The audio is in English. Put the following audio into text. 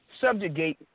Subjugate